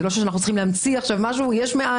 זה לא שאנחנו צריכים להמציא עכשיו יש מאין,